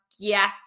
Get